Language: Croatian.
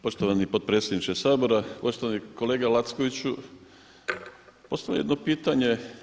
Poštovani potpredsjedniče Sabora, poštovani kolega Lackoviću ostaje jedno pitanje.